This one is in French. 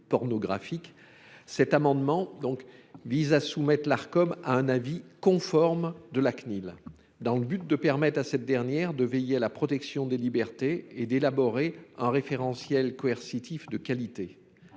pornographiques. Cet amendement vise à soumettre le référentiel établi par l’Arcom à un avis conforme de la Cnil, dans le but de permettre à cette dernière de veiller à la protection des libertés et d’élaborer un référentiel coercitif de qualité.